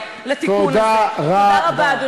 תודה רבה.